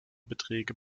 beträge